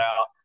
out